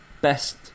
best